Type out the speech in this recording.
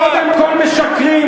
קודם כול משקרים.